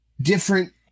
different